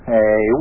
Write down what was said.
Hey